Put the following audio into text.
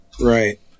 Right